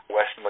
West